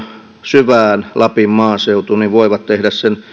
syvään lapin maaseutuun voivat tehdä sen